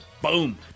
boom